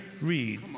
Read